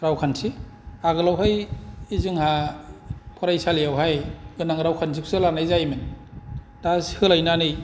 रावखान्थि आगोलावहाय जोंहा फरायसालियावहाय गोनां रावखान्थिखौसो लानाय जायोमोन दा सोलायनानै